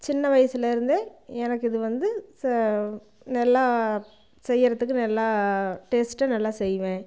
சின்ன வயசுல இருந்தே எனக்கு இது வந்து நல்லா செய்யறதுக்கு நல்லா டேஸ்ட்டு நல்லா செய்வேன்